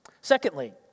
Secondly